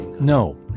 No